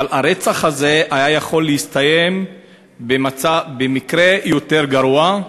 אבל הרצח הזה היה יכול להסתיים יותר גרוע,